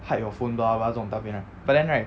hide your phone blah blah blah 这种大便 right but then right